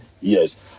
Yes